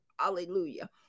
hallelujah